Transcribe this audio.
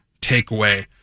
takeaway